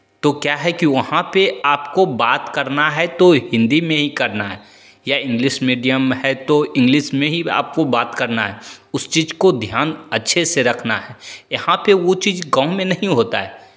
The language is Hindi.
तो क्या है कि वहाँ पे आपको बात करना है तो हिन्दी में ही करना है या इंग्लिश मीडियम है तो इंग्लिश में ही आपको बात करना है उस चीज़ को ध्यान अच्छे से रखना है यहाँ पे वो चीज़ गाँव में नहीं होता है